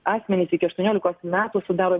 asmenys iki aštuoniolikos metų sudaro